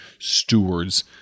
stewards